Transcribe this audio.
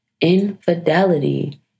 Infidelity